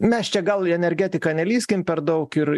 mes čia gal į energetiką nelįskim per daug ir